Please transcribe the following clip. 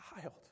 child